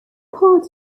part